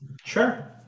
Sure